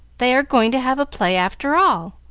they are going to have a play, after all,